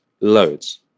loads